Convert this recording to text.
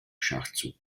schachzug